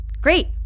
Great